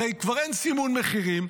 הרי כבר אין סימון מחירים,